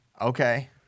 Okay